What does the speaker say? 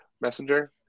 Messenger